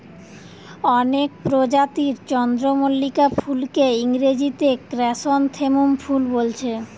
অনেক প্রজাতির চন্দ্রমল্লিকা ফুলকে ইংরেজিতে ক্র্যাসনথেমুম ফুল বোলছে